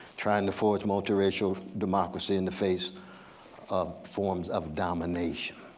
trying to forge multi-racial democracy in the face of forms of domination,